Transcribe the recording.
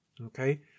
Okay